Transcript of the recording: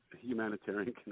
humanitarian